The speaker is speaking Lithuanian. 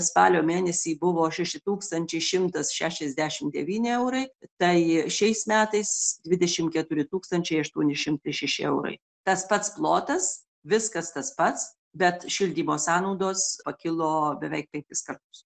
spalio mėnesį buvo šeši tūkstančiai šimtas šešiasdešim devyni eurai tai šiais metais dvidešim keturi tūkstančiai aštuoni šimtai šeši eurai tas pats plotas viskas tas pats bet šildymo sąnaudos pakilo beveik penkis kartus